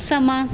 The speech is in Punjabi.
ਸਮਾਂ